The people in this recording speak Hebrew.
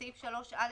בסעיף 3(א),